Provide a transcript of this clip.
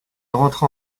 rentrera